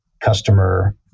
customer